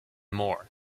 more